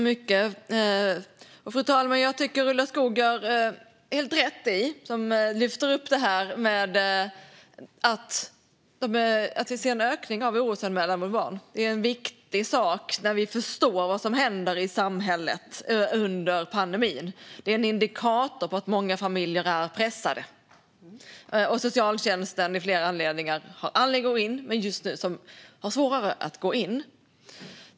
Fru talman! Jag tycker Ulla Skoog gör helt rätt i att lyfta upp att vi ser en ökning av antalet orosanmälningar för barn. Det är en viktig sak att vi förstår vad som händer i samhället under pandemin. Det är en indikator på att många familjer är pressade. Socialtjänsten har just nu svårare att gå in.